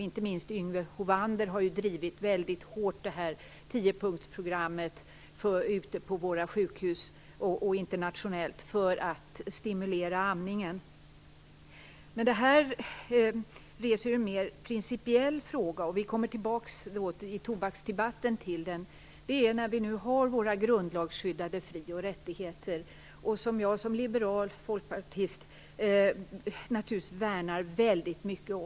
Inte minst har Yngve Hofvander drivit tiopunktsprogrammet väldigt hårt på våra sjukhus och internationellt för att stimulera amningen. Det här reser en mer principiell fråga, vi kommer tillbaka till i tobaksdebatten, om våra grundlagsskyddade fri och rättigheter, som jag som liberal folkpartist naturligtvis värnar väldigt mycket.